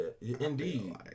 Indeed